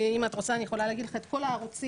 אם את רוצה אני יכולה להגיד לך את כל הערוצים,